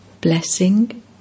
Blessing